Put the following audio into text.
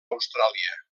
austràlia